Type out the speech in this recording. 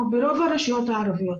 או ברוב הרשויות הערביות,